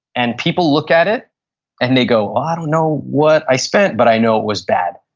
and people look at it and they go, well, i don't know what i spent but i know it was bad.